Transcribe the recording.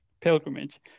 pilgrimage